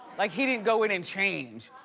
like he didn't go in and change.